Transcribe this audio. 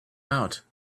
out